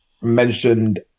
mentioned